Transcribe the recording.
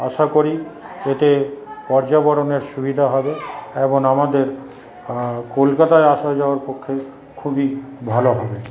আশা করি এতে পর্যাবরণের সুবিধা হবে এবং আমাদের কলকাতায় আসা যাওয়ার পক্ষে খুবই ভালো হবে